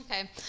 Okay